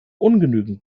ungenügend